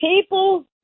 People